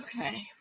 okay